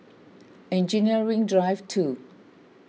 Engineering Drive two